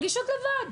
הן מרגישות לבד.